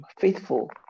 faithful